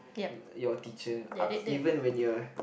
your teacher even when you are